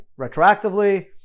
retroactively